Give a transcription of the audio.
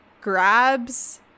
grabs